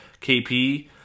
kp